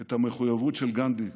את המחויבות של גנדי למולדת,